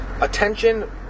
Attention